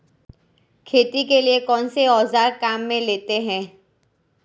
खेती के लिए कौनसे औज़ार काम में लेते हैं?